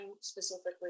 specifically